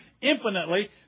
infinitely